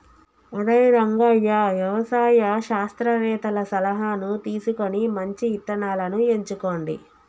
ఒరై రంగయ్య వ్యవసాయ శాస్త్రవేతల సలహాను తీసుకొని మంచి ఇత్తనాలను ఎంచుకోండి